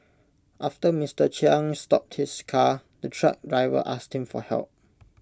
after Mister Chiang stopped his car the truck driver asked him for help